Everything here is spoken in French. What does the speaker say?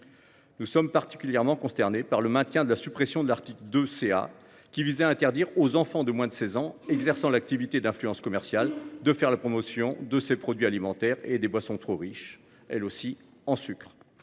produits. Mon groupe est consterné par le maintien de la suppression de l'article 2 CA, qui visait à interdire aux enfants de moins de 16 ans exerçant l'activité d'influence commerciale de faire la promotion de ces produits alimentaires et des boissons trop riches en sucre.